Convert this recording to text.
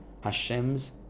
Hashem's